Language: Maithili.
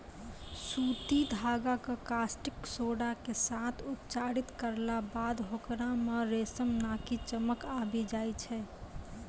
सूती धागा कॅ कास्टिक सोडा के साथॅ उपचारित करला बाद होकरा मॅ रेशम नाकी चमक आबी जाय छै